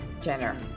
Jenner